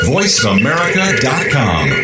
VoiceAmerica.com